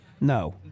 No